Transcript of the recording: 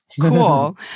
cool